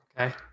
Okay